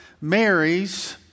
marries